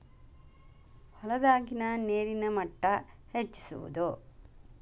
ಹೊಲದಾಗಿನ ನೇರಿನ ಮಟ್ಟಾ ಹೆಚ್ಚಿಸುವದು